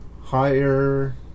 higher